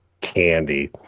candy